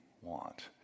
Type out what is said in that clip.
want